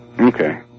Okay